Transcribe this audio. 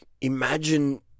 imagine